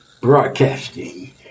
broadcasting